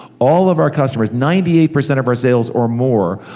all of our customers, ninety eight percent of our sales or more,